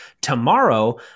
Tomorrow